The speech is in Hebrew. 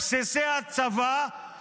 לפי המילה הראשונה נדע.